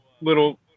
little